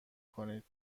کنید